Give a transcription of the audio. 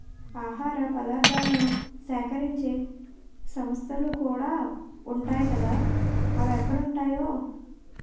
ఆహార పదార్థాలను సేకరించే సంస్థలుకూడా ఉంటాయ్ కదా అవెక్కడుంటాయో